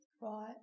Right